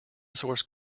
source